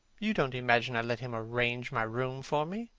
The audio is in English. you don't imagine i let him arrange my room for me?